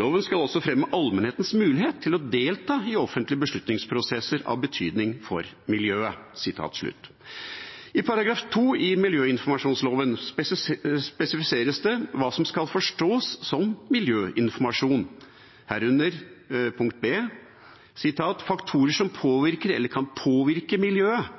Loven skal også fremme allmennhetens mulighet til å delta i offentlige beslutningsprosesser av betydning for miljøet.» I § 2 i miljøinformasjonsloven spesifiseres det hva som skal forstås som miljøinformasjon, herunder punkt b), «faktorer som påvirker eller kan påvirke miljøet,